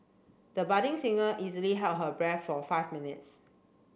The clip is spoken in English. the budding singer easily held her breath for five minutes